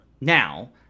now